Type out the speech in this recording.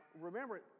remember